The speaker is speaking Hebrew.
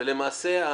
ולמעשה,